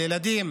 על הילדים